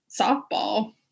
softball